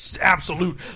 absolute